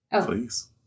Please